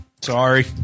Sorry